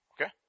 Okay